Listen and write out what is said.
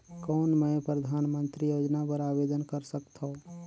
कौन मैं परधानमंतरी योजना बर आवेदन कर सकथव?